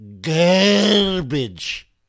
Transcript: garbage